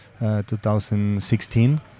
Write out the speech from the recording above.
2016